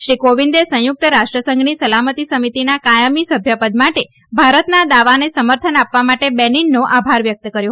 શ્રી કોવિંદે સંયુક્ત રાષ્ટ્રસંઘની સલામતી સમિતીના કાયમી સભ્યપદ માટે ભારતના દાવાને સમર્થન આપવા માટે બેનીનનો આભાર વ્યક્ત કર્યો